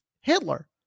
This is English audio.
Hitler